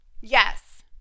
Yes